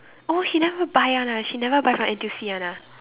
oh she never buy one ah she never buy from N_T_U_C one ah